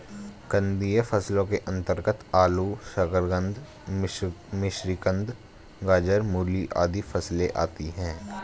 कंदीय फसलों के अंतर्गत आलू, शकरकंद, मिश्रीकंद, गाजर, मूली आदि फसलें आती हैं